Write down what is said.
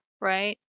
right